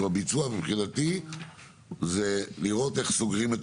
ביצוע מבחינתי זה לראות איך סוגרים את